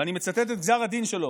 ואני מצטט את גזר הדין שלו.